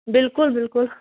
بِلکُل بِلکُل